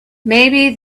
maybe